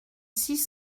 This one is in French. six